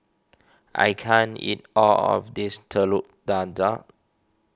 I can't eat all of this Telur Dadah